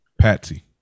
Patsy